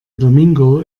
domingo